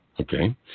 okay